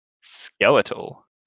skeletal